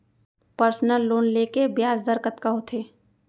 Personal loan ले के ब्याज दर कतका होथे?